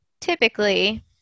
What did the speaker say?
typically